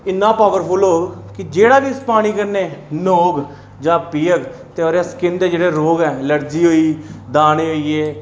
इन्ना पावरफुल होग कि जेह्ड़ा बी उस पानी कन्नै न्हौग जां पीह्ग ते ओह्दे स्किन दे जेह्ड़े रोग न अलर्जी दाने होई गे एह्